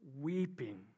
weeping